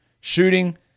Shooting